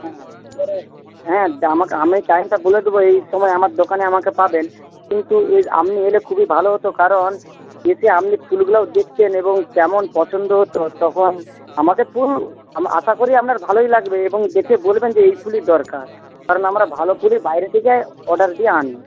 হ্যাঁ এবারে হ্যাঁ আমি টাইমটা বলে দেব এই সময় আমার দোকানে আমাকে পাবেন কিন্তু এর আপনি এলে খুবই ভালো হত কারণ এসে আপনি ফুলগুলোও দেখতেন এবং কেমন পছন্দ হতো তখন আমাদের ফুল আশা করি আপনার ভালোই লাগবে এবং দেখে বলবেন যে এই ফুলই দরকার কারণ আমরা ভালো ফুলই বাইরে থেকে অর্ডার দিয়ে আনি